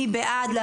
מי בעד?